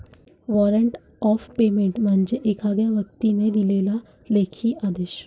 warrant of payment म्हणजे एखाद्या व्यक्तीने दिलेला लेखी आदेश